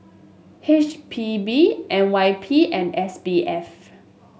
H P B N Y P and S B F